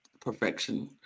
perfection